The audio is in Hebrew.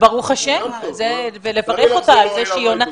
ברוך השם, ולברך אותה על זה שהיא עונה.